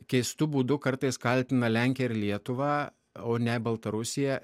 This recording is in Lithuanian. keistu būdu kartais kaltina lenkiją ir lietuvą o ne baltarusiją